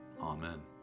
Amen